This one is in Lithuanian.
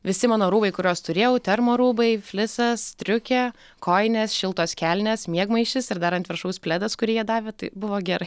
visi mano rūbai kuriuos turėjau termo rūbai flisas striukė kojinės šiltos kelnės miegmaišis ir dar ant viršaus pledas kurį jie davė tai buvo gerai